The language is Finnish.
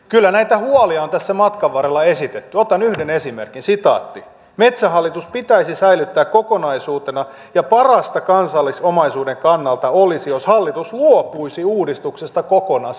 kyllä näitä huolia on tässä matkan varrella esitetty otan yhden esimerkin metsähallitus pitäisi säilyttää kokonaisuutena ja parasta kansallisomaisuuden kannalta olisi jos hallitus luopuisi uudistuksesta kokonaan